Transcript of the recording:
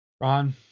ron